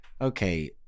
okay